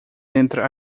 entra